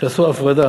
כשעשו הפרדה